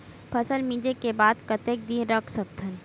फसल मिंजे के बाद कतेक दिन रख सकथन?